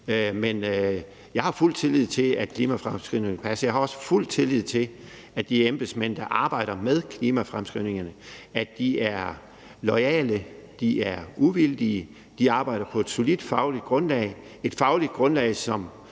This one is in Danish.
Men jeg har fuld tillid til, at klimafremskrivningerne passer. Jeg har også fuld tillid til, at de embedsmænd, der arbejder med klimafremskrivningerne, er loyale og uvildige, og at de arbejder på et solidt fagligt grundlag – et fagligt grundlag, som